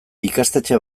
ikastetxe